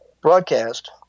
broadcast